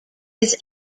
his